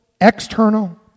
external